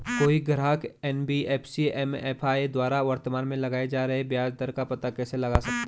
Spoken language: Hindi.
कोई ग्राहक एन.बी.एफ.सी एम.एफ.आई द्वारा वर्तमान में लगाए जा रहे ब्याज दर का पता कैसे लगा सकता है?